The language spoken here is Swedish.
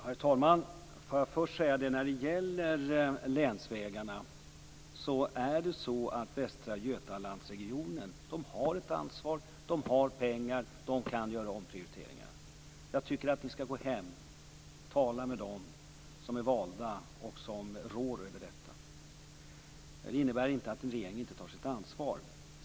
Herr talman! Jag vill först när det gäller länsvägarna säga att Västra Götalandsregionen har ett ansvar, har pengar och kan göra omprioriteringar. Jag tycker att ni skall gå hem och tala med dem som är valda och som rår över detta. Det innebär inte att regeringen inte tar sitt ansvar.